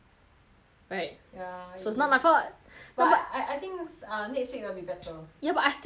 right ya so it's not my fault no but but I I think next week will be better ya but I still